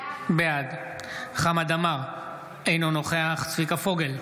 בעד חמד עמאר, אינו נוכח צביקה פוגל,